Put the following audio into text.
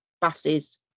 buses